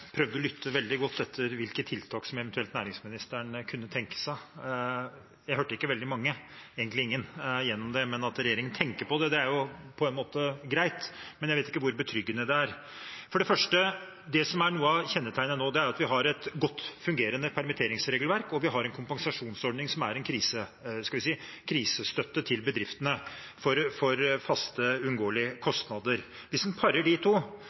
å lytte veldig godt etter hvilke tiltak næringsministeren eventuelt kunne tenke seg. Jeg hørte ikke veldig mange – egentlig ingen – gjennom innlegget. At regjeringen tenker på det, er på en måte greit, men jeg vet ikke hvor betryggende det er. For det første: Det som er noe av kjennetegnet nå, er at vi har et godt fungerende permitteringsregelverk, og vi har en kompensasjonsordning som er – skal vi si – en krisestøtte til bedriftene for faste, uunngåelige kostnader. Hvis en parer de to